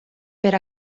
per